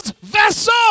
vessel